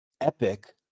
epic